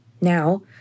Now